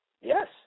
yes